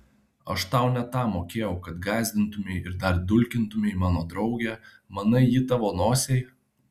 aš tau ne tam mokėjau kad gąsdintumei ir dar dulkintumei mano draugę manai ji tavo nosiai